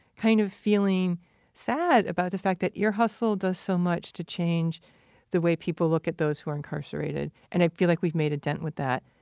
kind of feeling sad about the fact that ear hustle does so much to change the way people look at those who are incarcerated, and i feel like we've made a dent with that.